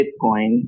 Bitcoin